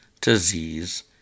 disease